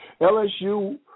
LSU